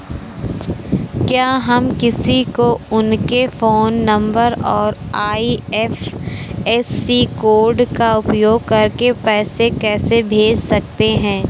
क्या हम किसी को उनके फोन नंबर और आई.एफ.एस.सी कोड का उपयोग करके पैसे कैसे भेज सकते हैं?